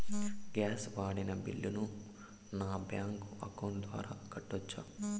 Gas వాడిన బిల్లును నా బ్యాంకు అకౌంట్ ద్వారా కట్టొచ్చా?